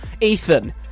Ethan